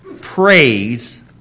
praise